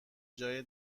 جای